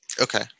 Okay